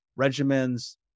regimens